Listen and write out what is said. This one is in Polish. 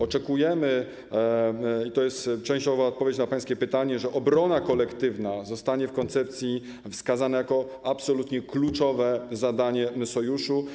Oczekujemy, i to jest częściowa odpowiedź na pańskie pytanie, że obrona kolektywna zostanie w koncepcji wskazana jako absolutnie kluczowe zadanie Sojuszu.